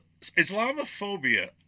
Islamophobia